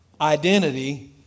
Identity